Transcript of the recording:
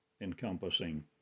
encompassing